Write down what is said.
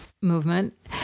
movement